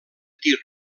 tir